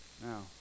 Now